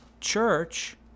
church